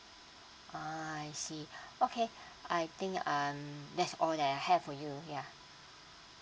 uh I see okay I think um that's all that I have for you yeah